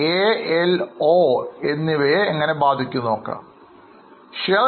ALO എന്നിവയെ എങ്ങനെ ബാധിക്കുന്നു എന്ന് ഇപ്പോൾ ചിന്തിക്കുമോ